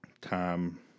time